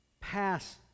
pass